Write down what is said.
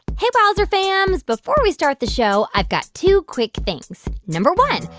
hey, wowzer fams. before we start the show, i've got two quick things. number one,